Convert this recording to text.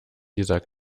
dieser